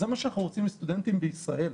זה מה שאנחנו רוצים מסטודנטים בישראל?